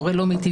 הורה לא מיטיב,